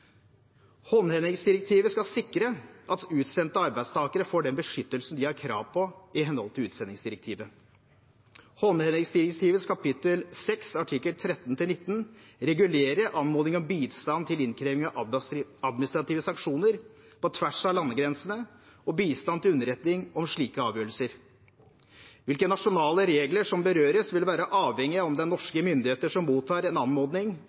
Håndhevingsdirektivet skal sikre at utsendte arbeidstakere får den beskyttelsen de har krav på i henhold til utsendingsdirektivet. Håndhevingsdirektivets kapittel VI artikkel 13–19 regulerer anmodning om bistand til innkreving av administrative sanksjoner på tvers av landegrensene og bistand til underretning om slike avgjørelser. Hvilke nasjonale regler som berøres, vil være avhengig av om det er norske myndigheter som mottar en anmodning